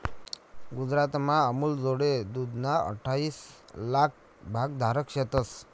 गुजरातमा अमूलजोडे दूधना अठ्ठाईस लाक भागधारक शेतंस